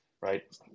right